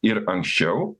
ir anksčiau